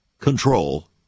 control